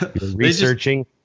researching